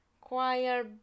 choir